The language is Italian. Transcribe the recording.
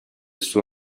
suo